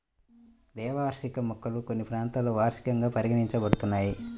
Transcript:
ద్వైవార్షిక మొక్కలు కొన్ని ప్రాంతాలలో వార్షికంగా పరిగణించబడుతున్నాయి